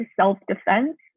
self-defense